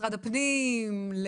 למשרד הפנים.